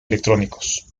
electrónicos